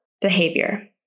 behavior